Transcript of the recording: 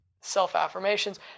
self-affirmations